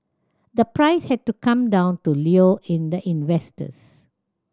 the price had to come down to lure in the investors